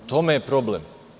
U tome je problem.